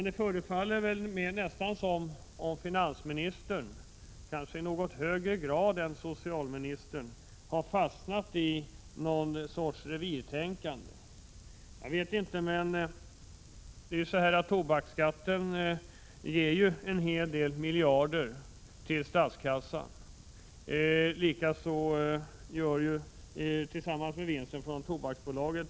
Det förefaller emellertid som om finansministern i kanske något högre grad än socialministern har fastnat i ett slags revirtänkande. Tobaksskatten ger ju en hel del miljarder till statskassan tillsammans med vinsten från Tobaksbolaget.